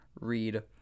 read